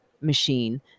machine